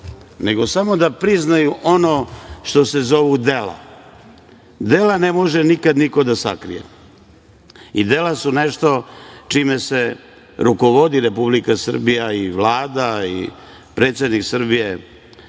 nego samo da priznaju ono što se zovu dela. Dela ne može nikad niko da sakrije i dela su nešto čime se rukovodi Republika Srbija i Vlada i predsednik Srbije,